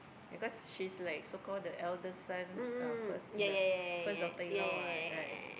because she's like so called the eldest's son's uh first the first daughter in law what right